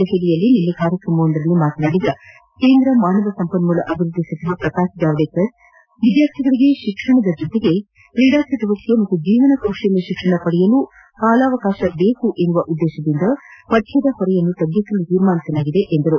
ದೆಹಲಿಯಲ್ಲಿ ನಿನ್ನೆ ಕಾರ್ಯಕ್ರಮವೊಂದರಲ್ಲಿ ಮಾತನಾದಿ ಕೇಂದ್ರ ಮಾನವ ಸಂಪನ್ಮೂಲ ಅಭಿವೃದ್ದಿ ಸಚಿವ ಪ್ರಕಾಶ್ ಜಾವಡೇಕರ್ ವಿದ್ಯಾರ್ಥಿಗಳಿಗೆ ಶಿಕ್ಷಣದ ಜೊತೆಗೆ ಕ್ರೀಡಾ ಚಟುವಟಿಕೆಗಳು ಮತ್ತು ಜೀವನ ಕೌಶಲ್ಯ ಶಿಕ್ಷಣ ಪಡೆಯಲು ಕಾಲಾವಕಾಶಬೇಕು ಎನ್ನುವ ಉದ್ದೇಶದಿಂದ ಪಠ್ಯದ ಹೊರೆ ತಗ್ಗಿಸಲು ನಿರ್ಧರಿಸಲಾಗಿದೆ ಎಂದರು